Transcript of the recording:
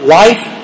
life